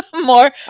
more